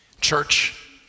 Church